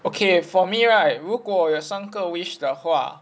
okay for me right 如果有三个 wish 的话